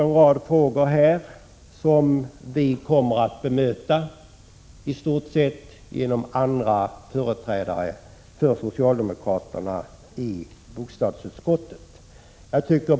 Den fråga som Tore Claeson har upptagit här kommer vi att bemöta, genom andra företrädare för socialdemokraterna i bostadsutskottet.